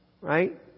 right